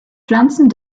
pflanzen